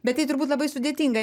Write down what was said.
bet tai turbūt labai sudėtinga